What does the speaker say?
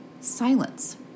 silence